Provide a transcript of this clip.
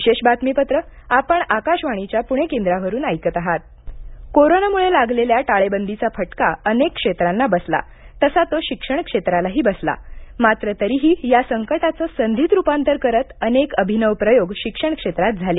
intro Bachchu Kadu कोरोनामुळे लागलेल्या टाळेबंदीचा फटका अनेक क्षेत्रांना बसला तसा तो शिक्षण क्षेत्रालाही बसला मात्र तरीही या संकटाचं संधीत रुपांतर करत अनेक अभिनव प्रयोग शिक्षण क्षेत्रात झाले